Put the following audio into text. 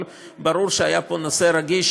אבל ברור שהיה פה נושא רגיש,